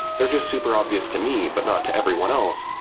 they're just super obvious to me, but not to everyone else,